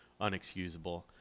unexcusable